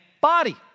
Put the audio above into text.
body